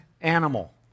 animal